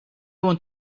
want